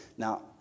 Now